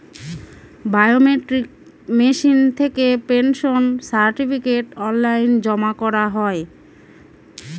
biometric machine থেকে pension certificate online জমা করা হয়